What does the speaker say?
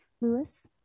Lewis